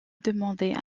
demander